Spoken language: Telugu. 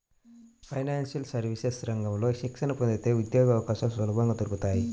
ఫైనాన్షియల్ సర్వీసెస్ రంగంలో శిక్షణ పొందితే ఉద్యోగవకాశాలు సులభంగా దొరుకుతాయి